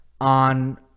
on